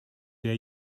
der